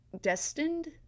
destined